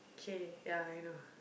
K ya I know